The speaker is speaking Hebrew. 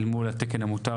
אל מול התקן המותר.